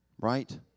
right